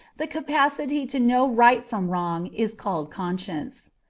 the capacity to know right from wrong is called conscience.